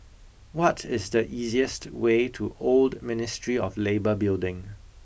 what is the easiest way to Old Ministry of Labour Building